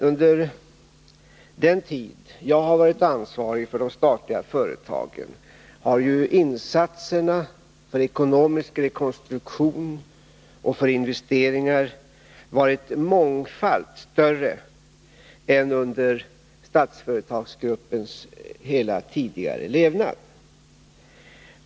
Under den tid som jag har varit ansvarig för de statliga företagen har ju insatserna för ekonomisk rekonstruktion och för investeringar varit mångfalt större än under Statsföretagsgruppens hela tidigare levnad.